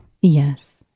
Yes